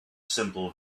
simple